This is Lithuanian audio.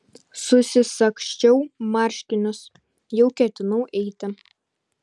susisagsčiau marškinius jau ketinau eiti